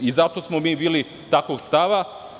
Zato smo bili takvog stava.